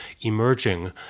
emerging